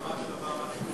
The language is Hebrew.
זה ממש לא נכון.